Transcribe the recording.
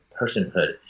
personhood